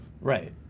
Right